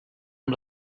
amb